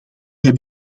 heb